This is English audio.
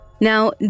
Now